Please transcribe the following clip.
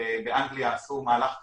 באנגליה עשו מהלך כזה,